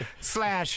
slash